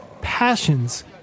passions